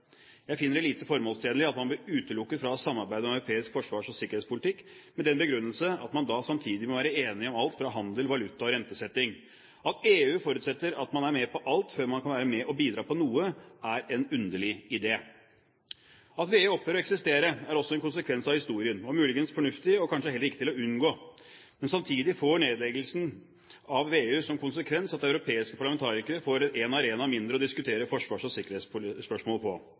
Jeg finner det lite formålstjenlig at man blir utelukket fra å samarbeide om europeisk forsvars- og sikkerhetspolitikk med den begrunnelsen at man da samtidig må være enig om alt fra handel, valuta og rentesetting. At EU forutsetter at man er med på alt før man kan være med og bidra på noe, er en underlig idé. At VEU opphører å eksistere, er en konsekvens av historien – muligens fornuftig og kanskje heller ikke til å unngå – men samtidig får nedleggelsen av VEU som konsekvens at europeiske parlamentarikere får en arena mindre å diskutere forsvars- og sikkerhetsspørsmål på.